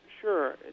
sure